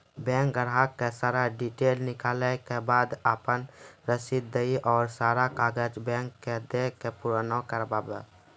Bank ग्राहक के सारा डीटेल निकालैला के बाद आपन रसीद देहि और सारा कागज बैंक के दे के पुराना करावे?